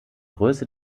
größe